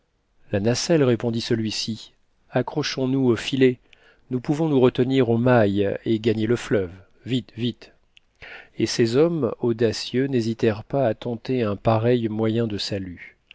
la nacelle répondit celui-ci accrochons nous au filet nous pouvons nous retenir aux mailles et gagner le fleuve vite vite et ces hommes audacieux n'hésitèrent pas à tenter un pareil moyen de salut